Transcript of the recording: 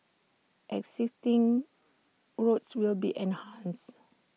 existing routes will be enhanced